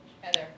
Heather